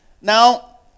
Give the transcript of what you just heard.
Now